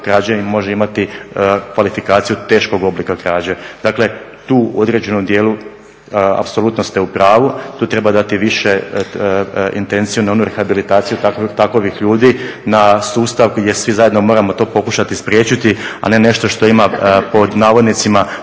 krađe može imati kvalifikaciju teškog oblika krađe. Dakle, tu u određenom dijelu apsolutno ste u pravu, tu treba dati više intenciju na onu rehabilitaciju takvih ljudi, na sustav gdje svi zajedno moramo to pokušati spriječiti a ne nešto što ima pod navodnicima